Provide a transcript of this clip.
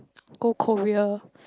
go Korea